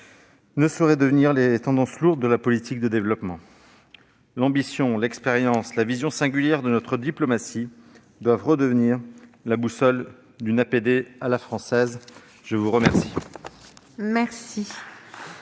ne sauraient devenir les tendances lourdes de la politique de développement. L'ambition, l'expérience, la vision singulière de notre diplomatie, doivent redevenir la boussole d'une APD à la française. La parole est à M.